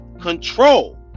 control